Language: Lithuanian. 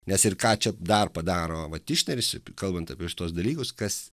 nes ir ką čia dar padaro va tišneris kalbant apie šituos dalykus kas